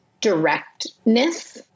directness